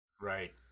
Right